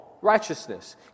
righteousness